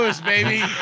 baby